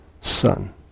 son